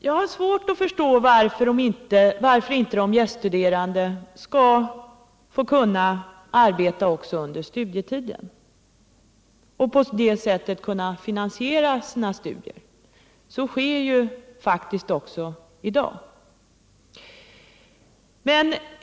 Jag har svårt att förstå varför de gäststuderande inte skall få arbeta under studietiden och på det sättet finansiera sina studier. Det förekommer ju faktiskt i dag.